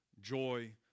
joy